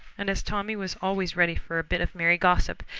and as tommy was always ready for a bit of merry gossip,